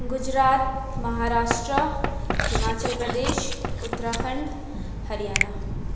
Gujarat Maharashtra Himachal Pradesh Uttarakhand Haryana